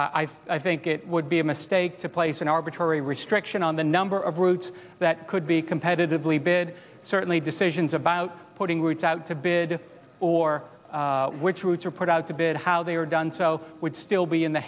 i've i think it would be a mistake to place an arbitrary restriction on the number of routes that could be competitively bid certainly decisions about putting words out to bid or which routes are put out to bid how they are done so would still be in the